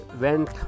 went